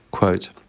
Quote